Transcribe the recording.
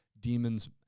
demons